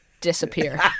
disappear